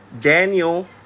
Daniel